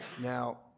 Now